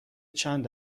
چند